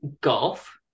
golf